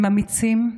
הם אמיצים.